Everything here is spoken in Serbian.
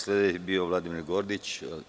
Sledeći bi bio Vladimir Gordić.